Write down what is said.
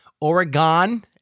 Oregon